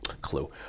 clue